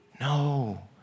No